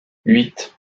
huit